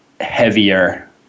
heavier